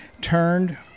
turned